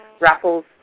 raffles